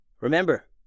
Remember